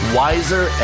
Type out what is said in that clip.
wiser